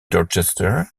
dorchester